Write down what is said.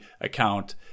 account